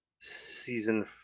season